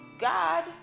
God